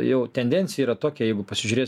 jau tendencija yra tokia jeigu pasižiūrės